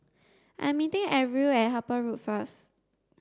I am meeting Arvil at Harper Road first